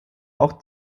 auch